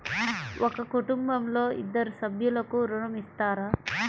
ఒక కుటుంబంలో ఇద్దరు సభ్యులకు ఋణం ఇస్తారా?